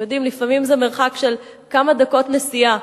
אתם יודעים, לפעמים זה מרחק של כמה דקות נסיעה.